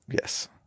Yes